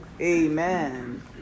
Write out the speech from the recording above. amen